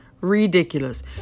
Ridiculous